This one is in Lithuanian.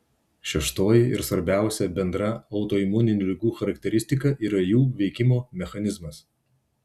šeštoji ir svarbiausia bendra autoimuninių ligų charakteristika yra jų veikimo mechanizmas